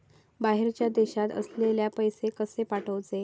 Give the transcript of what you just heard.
बाहेरच्या देशात असलेल्याक पैसे कसे पाठवचे?